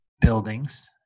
buildings